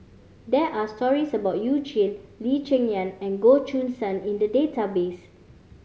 there are stories about You Jin Lee Cheng Yan and Goh Choo San in the database